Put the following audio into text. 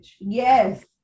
Yes